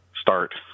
start